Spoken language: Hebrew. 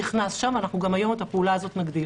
נכנס שם ואנחנו גם היום נגדיל את הפעולה הזאת.